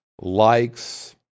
Likes